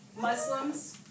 Muslims